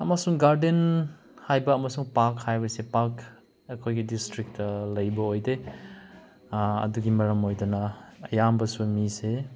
ꯑꯃꯁꯨꯡ ꯒꯥꯔꯗꯦꯟ ꯍꯥꯏꯕ ꯑꯃꯁꯨꯡ ꯄꯥꯛ ꯍꯥꯏꯕꯁꯦ ꯄꯥꯛ ꯑꯩꯈꯣꯏꯒꯤ ꯗꯤꯁꯇ꯭ꯔꯤꯛꯇ ꯂꯩꯕ ꯑꯣꯏꯗꯦ ꯑꯗꯨꯒꯤ ꯃꯔꯝ ꯑꯣꯏꯗꯅ ꯑꯌꯥꯝꯕꯁꯨ ꯃꯤꯁꯦ